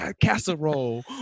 casserole